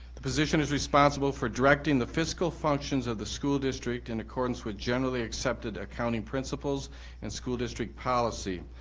the position is responsible for directing the fiscal functions of the school district in accordance with generally accepted accounting principles and school district policy.